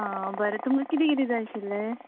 आ बरें तुमकां कितें कितें जाय आशिल्लें